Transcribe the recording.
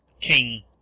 king